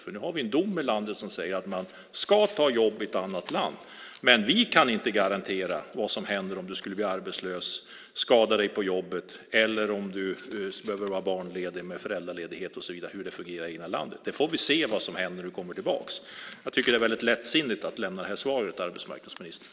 Nu har vi nämligen en dom i landet som säger att man ska ta jobb i ett annat land. Men vi kan inte garantera vad som händer om du skulle bli arbetslös, om du skadar dig på jobbet eller om du behöver vara föräldraledig och så vidare. Vi kan inte garantera hur det fungerar i det egna landet. Vi får se vad som händer när du kommer tillbaka. Jag tycker att det är väldigt lättsinnigt att lämna det här svaret, arbetsmarknadsministern.